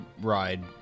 ride